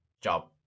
job